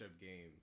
game